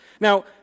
Now